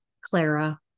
Clara